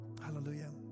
hallelujah